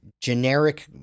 generic